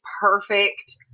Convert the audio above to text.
perfect